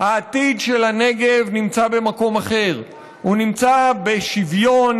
חוזר עם כמה מבני משפחתו ומקים את הסככה או את האוהל שבו הוא